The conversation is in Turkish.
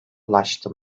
ulaştı